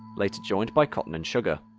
later joined by cotton and sugar.